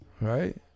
Right